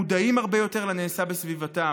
מודעים הרבה יותר לנעשה בסביבתם,